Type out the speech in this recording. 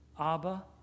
Abba